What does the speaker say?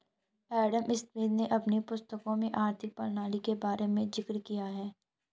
Adam Smith ने अपनी पुस्तकों में आर्थिक प्रणाली के बारे में जिक्र किया है